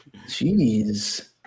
jeez